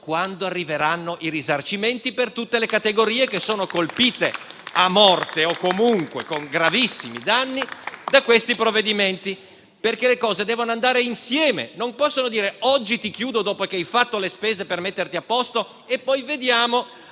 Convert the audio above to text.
quando arriveranno i risarcimenti per tutte le categorie che sono colpite a morte, o comunque con gravissimi danni, da questi provvedimenti. Le cose devono andare insieme, non si può dire: oggi ti chiudo dopo che hai fatto le spese per metterti a posto e poi vediamo,